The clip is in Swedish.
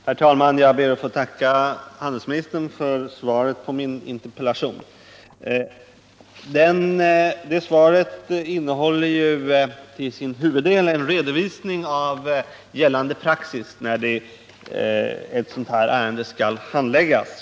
Herr talman! Jag ber att få tacka handelsministern för svaret på min interpellation. Svaret innehåller till sin huvuddel en redovisning av gällande praxis för hur ett sådant här ärende skall handläggas.